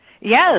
Yes